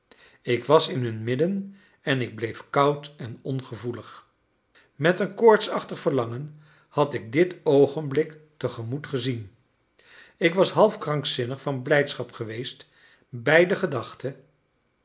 ik was in hun midden en ik bleef koud en ongevoelig met een koortsachtig verlangen had ik dit oogenblik tegemoet gezien ik was half krankzinnig van blijdschap geweest bij de gedachte